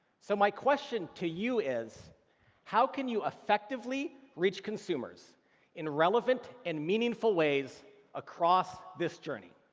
so my question to you is how can you effectively reach consumers in relevant and meaningful ways across this journey?